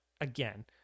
again